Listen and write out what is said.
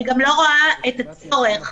אני גם לא רואה את הצורך,